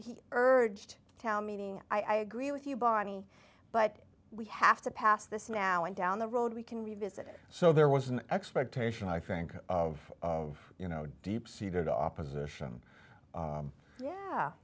he urged town meeting i agree with you barney but we have to pass this now and down the road we can revisit it so there was an expectation i think of you know deep seated opposition yeah